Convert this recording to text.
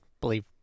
believe